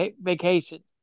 vacation